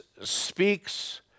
speaks